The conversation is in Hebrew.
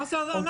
מה זה אנחנו?